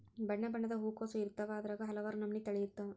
ಬಣ್ಣಬಣ್ಣದ ಹೂಕೋಸು ಇರ್ತಾವ ಅದ್ರಾಗ ಹಲವಾರ ನಮನಿ ತಳಿ ಇರ್ತಾವ